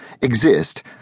exist